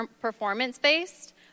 performance-based